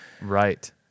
Right